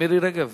מירי רגב,